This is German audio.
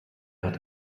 hat